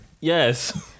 Yes